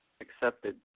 Accepted